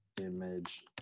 image